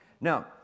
Now